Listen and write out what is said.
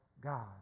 God